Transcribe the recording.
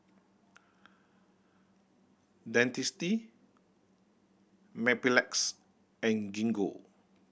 Dentiste Mepilex and Gingko